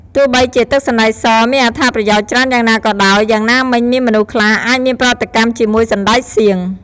ទោះបីជាទឹកសណ្តែកសមានអត្ថប្រយោជន៍ច្រើនយ៉ាងណាក៏ដោយ យ៉ាងណាមិញ មានមនុស្សខ្លះអាចមានប្រតិកម្មជាមួយសណ្តែកសៀង។